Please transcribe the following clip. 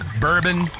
bourbon